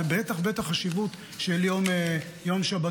ובטח ובטח לחשיבות של יום שבתון.